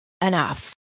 Enough